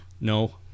No